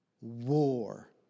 war